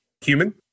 human